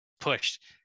pushed